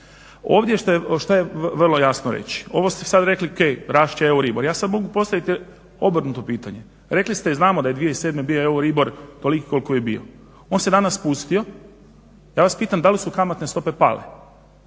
Ovdje što je vrlo jasno reći, ovo ste sad rekli ok rast će euribor. Ja sad mogu postaviti obrnuto pitanje, rekli ste i znamo da je 2007. bio euribor toliko koliki je bio, on se danas spustio. Ja vas pitam da li su kamatne stope pale?